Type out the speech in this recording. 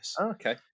okay